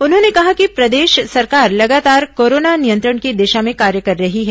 उन्होंने कहा कि प्रदेश सरकार लगातार कोरोना नियंत्रण की दिशा में कार्य कर रही है